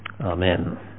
Amen